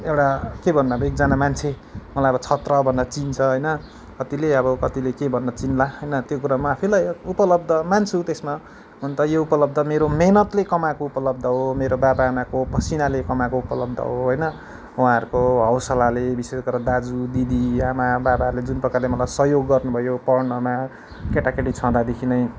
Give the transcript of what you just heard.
एउटा के भन्नु अब एकजना मान्छे मलाई छत्र भनेर चिन्छ होइन कतिले अब कतिले के भनेर चिन्ला त्यो कुरा म आफैलाई उपलब्ध मान्छु त्यसमा हुनु त यो उपलब्ध मेरो मेहनतले कमाएको उपलब्ध हो मेरो बाबा आमाको पसिनाले कमाएको उपलब्ध हो होइन उहाँहरूको हौसलाले विशेष गरेर दाजु दिदी आमा बाबाले जुन प्रकारले मलाई सहयोग गर्नुभयो पढ्नमा केटाकेटी छँदादेखि नै